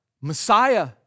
Messiah